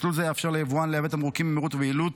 מסלול זה יאפשר ליבואן לייבא תמרוקים במהירות ויעילות